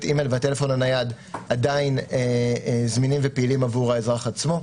אימייל והטלפון הנייד עדיין זמינים ופעילים עבור האזרח עצמו.